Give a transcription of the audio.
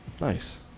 Nice